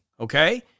okay